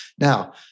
Now